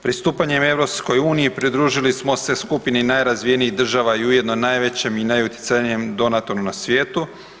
Pristupanjem EU, pridružili smo se skupini najrazvijenijih država i u jedno najvećem i najutjecajnijem donatoru na svijetu.